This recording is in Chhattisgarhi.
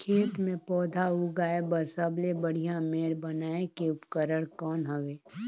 खेत मे पौधा उगाया बर सबले बढ़िया मेड़ बनाय के उपकरण कौन हवे?